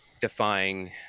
defying